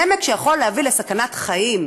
נמק שיכול להביא לסכנת חיים.